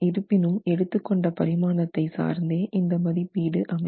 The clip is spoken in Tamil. இருப்பினும் எடுத்துக்கொண்ட பரிமாணத்தை சார்ந்தே இந்த மதிப்பீடு அமையும்